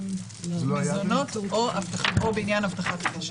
--- או בעניין הבטחת הקשר.